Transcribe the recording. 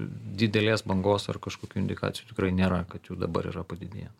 didelės bangos ar kažkokių indikacijų tikrai nėra kad jų dabar yra padidėję